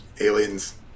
Aliens